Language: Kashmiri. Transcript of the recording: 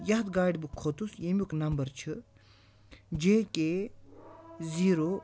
یَتھ گاڑِ بہٕ کھۄتُس ییٚمیُک نمبر چھِ جے کے زیٖرو